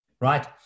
right